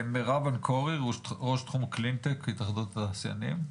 מירב אנקורי ראש תחום קלין-טק, התאחדות התעשיינים.